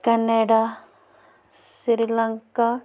Canada Sri Lanka